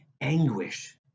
anguish